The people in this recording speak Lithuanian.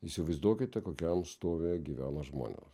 įsivaizduokite kokiam stovyje gyvena žmonės